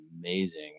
amazing